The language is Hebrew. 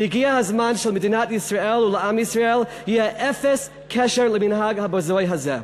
והגיע הזמן שלמדינת ישראל ולעם ישראל יהיה אפס קשר למנהג הבזוי הזה.